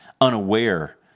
unaware